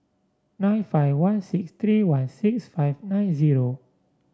nine five one six three one six five nine zero